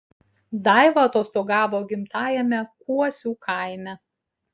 daiva atostogavo gimtajame kuosių kaime